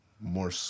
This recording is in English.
more